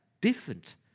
Different